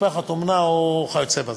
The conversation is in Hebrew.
משפחת אומנה או כיוצא בזה.